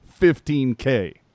15k